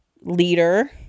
leader